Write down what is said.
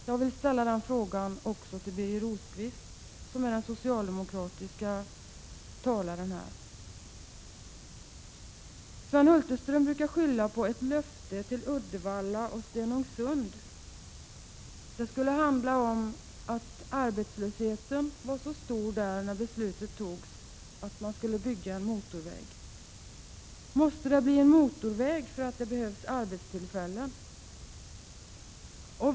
Jag vill ställa den frågan också till Birger Rosqvist, som är den socialdemokratiske talaren i den här debatten. Sven Hulterström brukar skylla på ett löfte till Uddevalla och Stenungsund. Det skulle handla om att arbetslösheten där var så stor när beslutet fattades om att en motorväg skulle byggas. Måste det bli en motorväg för att det behövs arbetstillfällen?